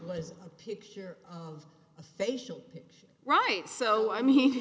was a picture of a facial right so i mean